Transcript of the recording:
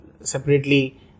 separately